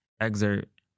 Excerpt